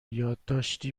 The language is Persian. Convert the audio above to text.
یادداشتی